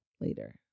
later